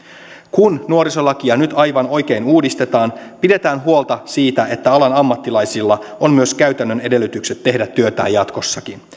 kun nuorisolakia nyt aivan oikein uudistetaan pidetään huolta siitä että alan ammattilaisilla on myös käytännön edellytykset tehdä työtään jatkossakin